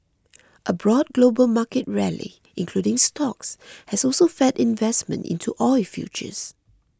a broad global market rally including stocks has also fed investment into oil futures